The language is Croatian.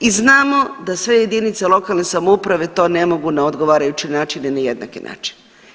I znamo da sve jedinice lokalne samouprave to ne mogu na odgovarajući način, niti na jednaki način.